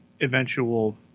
eventual